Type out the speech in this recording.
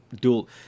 dual